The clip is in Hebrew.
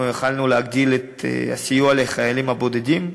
אנחנו יכולנו להגדיל את הסיוע לחיילים הבודדים,